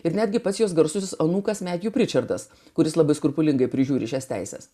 ir netgi pats jos garsusis anūkas medijų ričardas kuris labai skrupulingai prižiūri šias teises